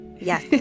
Yes